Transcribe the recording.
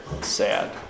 sad